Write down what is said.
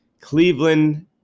Cleveland